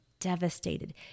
devastated